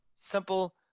Simple